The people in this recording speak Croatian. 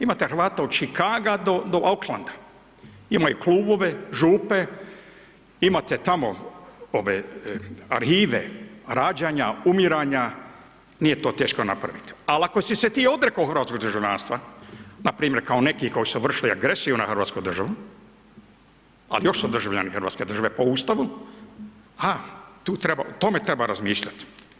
Imate Hrvata od Čikaga do Oklanda, imaju klubove, župe, imate tamo ove arhive, rađanja, umiranja, nije to teško napraviti, al ako si se ti odrekao hrvatskog državljanstva, npr. kao neki koji su vršili agresiju na hrvatsku državu, ali još su državljani hrvatske države po Ustavu, ha, o tome treba razmišljat.